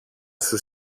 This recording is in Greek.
σου